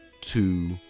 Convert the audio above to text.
two